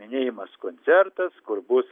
minėjimas koncertas kur bus